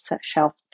shelf